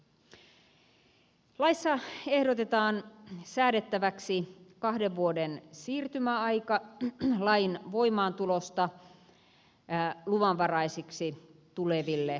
laissa ehdotetaan säädettäväksi kahden vuoden siirtymäaika lain voimaantulosta luvanvaraisiksi tuleville elinkeinoille